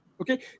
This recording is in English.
Okay